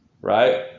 right